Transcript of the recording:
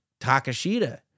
Takashita